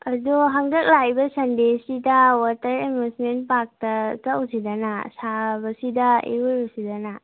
ꯑꯗꯣ ꯍꯟꯗꯛ ꯂꯥꯛꯏꯕ ꯁꯟꯗꯦꯁꯤꯗ ꯋꯥꯇꯔ ꯑꯃ꯭ꯌꯨꯖꯃꯦꯟ ꯄꯥꯔꯛꯇ ꯆꯠꯂꯨꯁꯤꯗꯅ ꯁꯥꯕꯁꯤꯗ ꯏꯔꯣꯏꯔꯨꯁꯤꯗꯅ